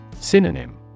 Synonym